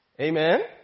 Amen